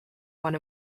one